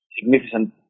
significant